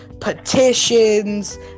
petitions